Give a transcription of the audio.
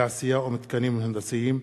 תעשייה ומתקנים הנדסיים),